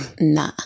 Nah